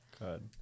Good